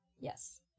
Yes